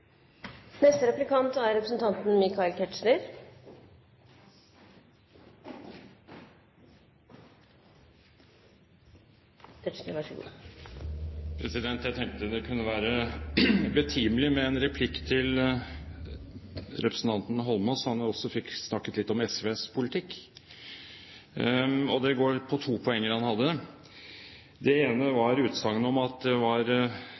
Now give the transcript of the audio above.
Jeg tenkte det kunne være betimelig med en replikk til representanten Holmås, slik at han også fikk snakket litt om SVs politikk. Det går på to poenger han hadde: Det ene var utsagnet om at det var